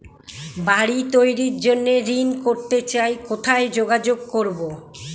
বাড়ি তৈরির জন্য ঋণ করতে চাই কোথায় যোগাযোগ করবো?